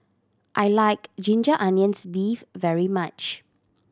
I like ginger onions beef very much